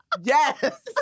Yes